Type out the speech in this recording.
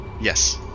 yes